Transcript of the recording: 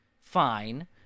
fine